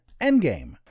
Endgame